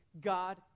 God